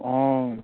অঁ